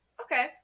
Okay